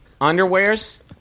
Underwears